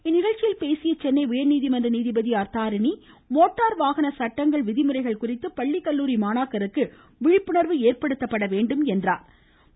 இந்நிகழ்ச்சியில் பேசிய சென்னை உயர்நீதிமன்ற நீதிபதி ஆர் தாரிணி மோட்டார் வாகன சட்டங்கள் விதிமுறைகள் குறித்து பள்ளிகல்லூரி மாணாக்கருக்கு விழிப்புணர்வு ஏற்படுத்தவேண்டும் என்றார்